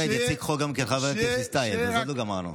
יציג חוק גם כן חבר הכנסת טייב, אז עוד לא גמרנו.